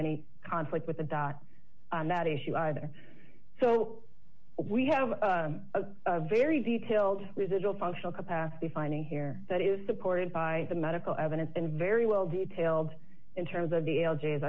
any conflict with the dot on that issue either so we have a very detailed residual functional capacity finding here that is supported by the medical evidence and very well detailed in terms of the